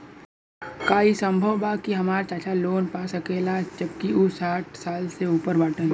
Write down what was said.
का ई संभव बा कि हमार चाचा लोन पा सकेला जबकि उ साठ साल से ऊपर बाटन?